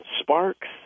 Sparks